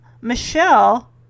Michelle